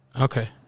okay